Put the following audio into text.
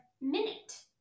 minute